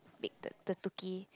make the